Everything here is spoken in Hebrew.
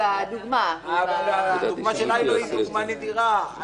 הדוגמה של היילו היא דוגמה נדירה.